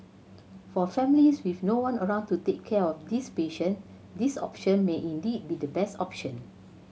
for families with no one around to take care of these patient this option may indeed be the best option